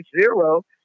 zero